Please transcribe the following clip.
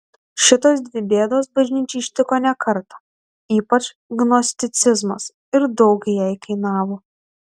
šitos dvi bėdos bažnyčią ištiko ne kartą ypač gnosticizmas ir daug jai kainavo